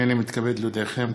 הנני מתכבד להודיעכם,